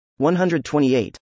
128